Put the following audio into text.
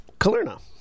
Kalerna